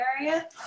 area